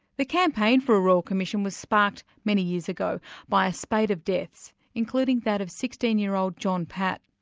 the campaign for a royal commission was sparked many years ago by a spate of deaths, including that of sixteen year old john pat.